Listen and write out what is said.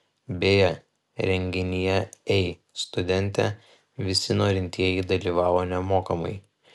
beje renginyje ei studente visi norintieji dalyvavo nemokamai